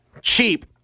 cheap